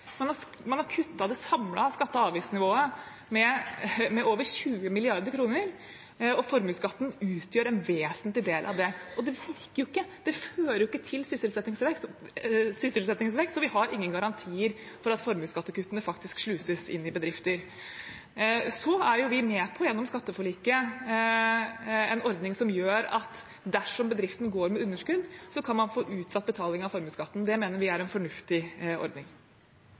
Man har kuttet det samlede skatte- og avgiftsnivået med over 20 mrd. kr, og formuesskatten utgjør en vesentlig del av det. Og det virker jo ikke, det fører jo ikke til sysselsettingsvekst, og vi har ingen garantier for at formuesskattekuttene faktisk sluses inn i bedrifter. Gjennom skatteforliket er vi med på en ordning som gjør at dersom bedriften går med underskudd, kan man få utsatt betaling av formuesskatten. Det mener vi er en fornuftig ordning.